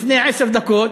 לפני עשר דקות,